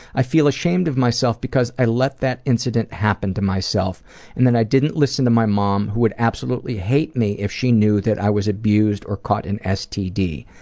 i feel ashamed of myself because i let that incident happen to myself and i didn't listen to my mom, who would absolutely hate me if she knew that i was abused or caught an std.